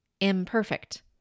imperfect